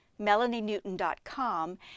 melanienewton.com